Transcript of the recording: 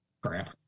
crap